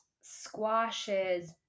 squashes